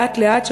לאט-לאט,